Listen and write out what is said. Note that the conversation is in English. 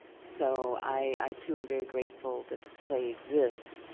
so i too am very grateful that this play exists.